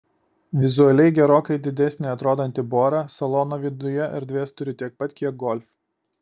vizualiai gerokai didesnė atrodanti bora salono viduje erdvės turi tiek pat kiek golf